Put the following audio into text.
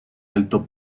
alto